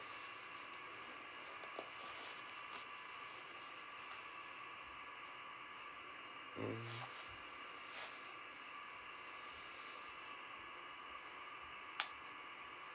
mm